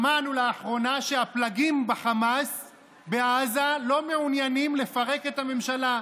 שמענו לאחרונה שהפלגים בחמאס בעזה לא מעוניינים לפרק את הממשלה,